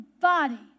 body